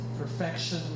perfection